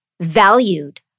valued